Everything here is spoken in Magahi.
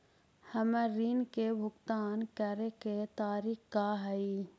हमर ऋण के भुगतान करे के तारीख का हई?